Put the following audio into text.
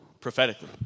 prophetically